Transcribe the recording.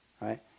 Right